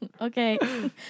Okay